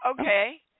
Okay